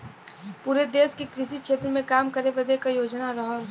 पुरे देस के कृषि क्षेत्र मे काम करे बदे क योजना रहल